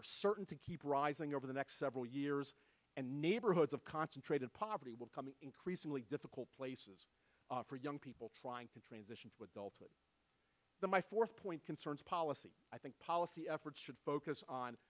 are certain to keep rising over the next several years and neighborhoods of concentrated poverty will come in increasingly difficult places for young people trying to transition to adulthood the my fourth point concerns policy i think policy efforts should focus on